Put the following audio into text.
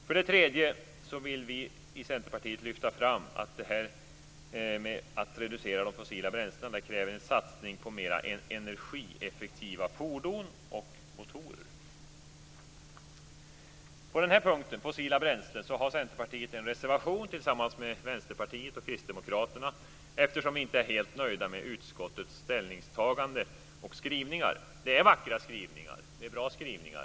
För det tredje vill vi i Centerpartiet lyfta fram att det här med att reducera de fossila bränslena kräver en satsning på mer energieffektiva fordon och motorer. På den här punkten, fossila bränslen, har Centerpartiet en reservation tillsammans med Vänsterpartiet och Kristdemokraterna eftersom vi inte är helt nöjda med utskottets ställningstagande och skrivningar. Det är vackra skrivningar. Det är bra skrivningar.